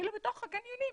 אפילו בתוך הקניונים,